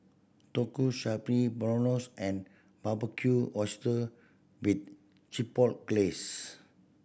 Tonkatsu Spaghetti Bolognese and Barbecued Oyster with Chipotle Glaze